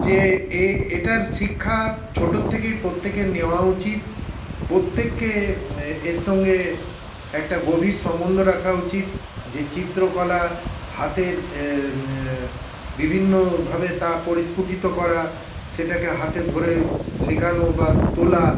যে এ এটার শিক্ষা ছোটোর থেকেই প্রত্যেকের নেওয়া উচিৎ প্রত্যেককে এর সঙ্গে একটা গভীর সম্বন্ধ রাখা উচিৎ যে চিত্রকলা হাতের বিভিন্নভাবে তা পরিস্ফুটিত করা সেটাকে হাতে ধরে শেখানো বা তোলা